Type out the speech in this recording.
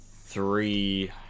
three